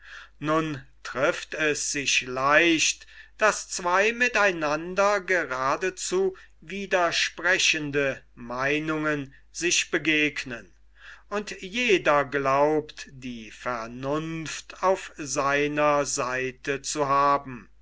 nun trifft es sich leicht daß zwei mit einander gradezu widersprechenden meinungen sich begegnen und jeder glaubt die vernunft auf seiner seite zu haben